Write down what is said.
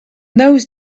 those